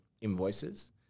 invoices